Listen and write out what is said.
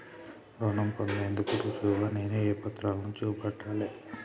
రుణం పొందేందుకు రుజువుగా నేను ఏ పత్రాలను చూపెట్టాలె?